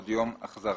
עד יום החזרתו